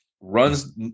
runs